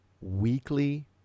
weekly